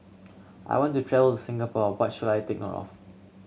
I want to travel to Singapore what should I take note of